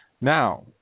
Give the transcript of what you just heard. Now